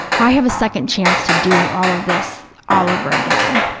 i have a second chance to do all of this all over again,